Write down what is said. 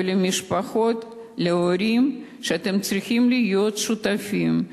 ולמשפחות, להורים: אתם צריכים להיות שותפים.